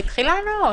הוא התחיל לענות.